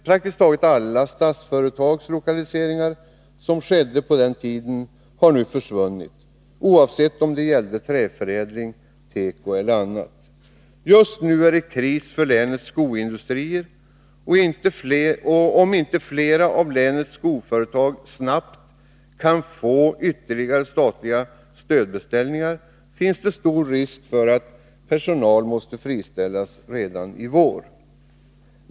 Praktiskt taget alla Statsföretags lokaliseringar som skedde på den tiden har nu försvunnit — oavsett om det gällde träförädling, teko eller annat. Just nu är det kris för länets skoindustrier. Om inte flera av länets skoföretag snabbt kan få ytterligare statliga stödbeställningar finns det stor risk för att personal måste friställas redan i vår.